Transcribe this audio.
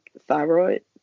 thyroid